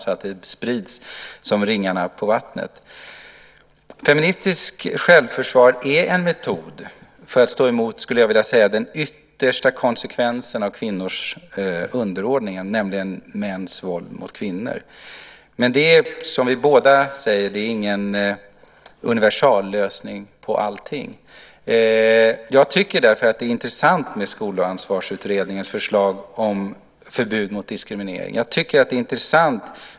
Deras verksamhet ska alltså spridas som ringar på vattnet. Jag skulle vilja säga att feministiskt självförsvar är en metod för att stå emot den yttersta konsekvensen av kvinnors underordning, nämligen mäns våld mot kvinnor. Men det är, som vi båda säger, inte någon universallösning på allting. Jag tycker därför att Skolansvarsutredningens förslag om förbud mot diskriminering är intressant.